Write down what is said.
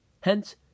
Hence